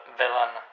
villain